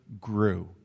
grew